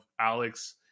Alex